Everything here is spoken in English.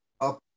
up